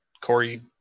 Corey